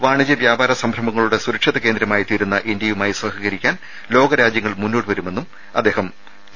വാണിജ്യ വ്യാപാര സംരംഭങ്ങളുടെ സുരക്ഷിത കേന്ദ്രമായി തീരുന്ന ഇന്ത്യയുമായി സഹകരിക്കാൻ ലോകരാജ്യങ്ങൾ മുന്നോട്ടുവരുമെന്നും അദ്ദേഹം സ്വകാര്യ ടി